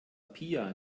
pia